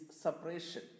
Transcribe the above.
separation